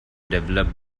developed